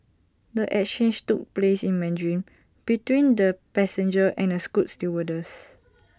the exchange took place in Mandarin between the passenger and A scoot stewardess